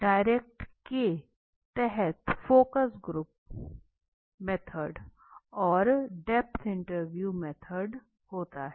direct के तहत focus group method और डेप्थ इंटरव्यू मेथड होता है